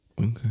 Okay